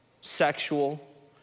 sexual